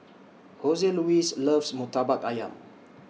Joseluis loves Murtabak Ayam